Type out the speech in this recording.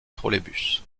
trolleybus